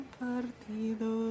partido